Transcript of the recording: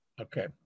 Okay